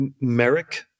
merrick